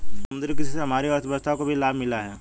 समुद्री कृषि से हमारी अर्थव्यवस्था को भी लाभ मिला है